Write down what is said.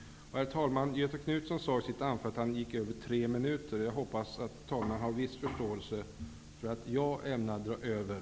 Herr talman! Göthe Knutson sade i sitt anförande att han gick över tiden med tre minuter. Jag hoppas att talmannen har viss förståelse för att jag ämnar dra över.